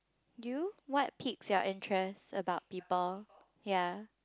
you what piques your interest about people ya